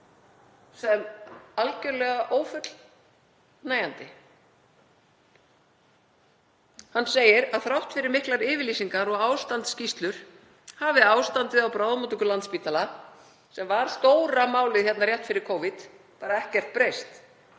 sem algjörlega ófullnægjandi. Hann segir að þrátt fyrir miklar yfirlýsingar og ástandsskýrslur hafi ástandið á bráðamóttöku Landspítala, sem var stóra málið rétt fyrir Covid, ekkert breyst